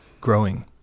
Growing